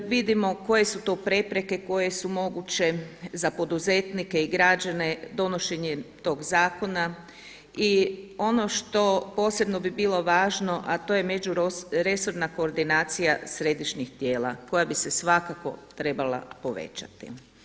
Vidimo koje su to prepreke koje su moguće za poduzetnike i građane donošenjem tog zakona i ono što posebno bi bilo važno a to je međuresorna koordinacija središnjih tijela koja bi se svakako trebala povećati.